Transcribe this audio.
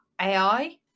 AI